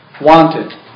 wanted